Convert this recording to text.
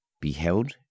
beheld